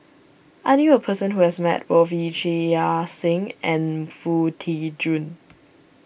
I knew a person who has met both Yee Chia Hsing and Foo Tee Jun